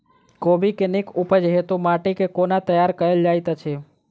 कोबी केँ नीक उपज हेतु माटि केँ कोना तैयार कएल जाइत अछि?